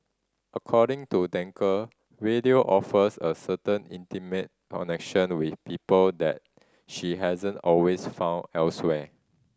according to Danker radio offers a certain intimate connection with people that she hasn't always found elsewhere